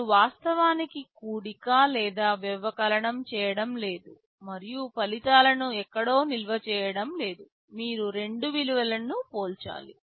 మీరు వాస్తవానికి కూడిక లేదా వ్యవకలనం చేయడం లేదు మరియు ఫలితాలను ఎక్కడో నిల్వ చేయడం లేదు మీరు రెండు విలువలను పోల్చాలి